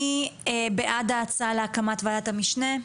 מי בעד ההצבעה להקמת ועדת המשנה?